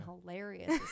hilarious